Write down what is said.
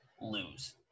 lose